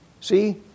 See